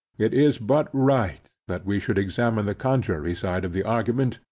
it is but right, that we should examine the contrary side of the argument,